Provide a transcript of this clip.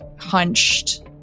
hunched